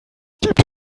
gibt